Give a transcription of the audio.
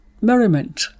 merriment